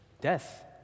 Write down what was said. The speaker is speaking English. death